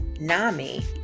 NAMI